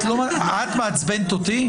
את מעצבנת אותי?